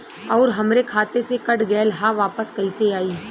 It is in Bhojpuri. आऊर हमरे खाते से कट गैल ह वापस कैसे आई?